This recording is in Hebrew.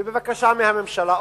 ובבקשה מהממשלה,